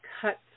cut